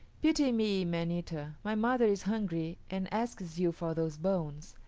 pity me, man-eater, my mother is hungry and asks you for those bones.